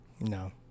No